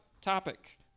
topic